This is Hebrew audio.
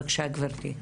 בבקשה גבירתי.